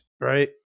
right